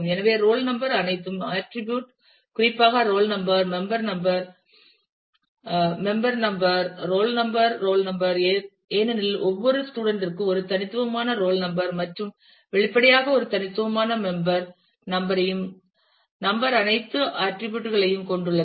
எனவே roll number → அனைத்தும் attribute குறிப்பாக roll number → member number member number → roll number ஏனெனில் ஒவ்வொரு ஸ்டூடண்ட் க்கும் ஒரு தனித்துவமான ரோல் நம்பர் மற்றும் வெளிப்படையாக ஒரு தனித்துவமான மெம்பர் நம்பர் ஐயும் நம்பர் அனைத்து ஆட்டிரிபியூட் களையும் கொண்டுள்ளது